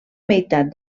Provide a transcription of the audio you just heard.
meitat